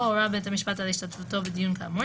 או הורה בית המשפט על השתתפותו בדיון כאמור,